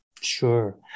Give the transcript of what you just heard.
Sure